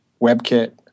WebKit